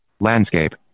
Landscape